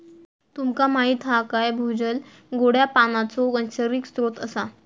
तुमका माहीत हा काय भूजल गोड्या पानाचो नैसर्गिक स्त्रोत असा